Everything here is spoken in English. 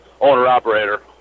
owner-operator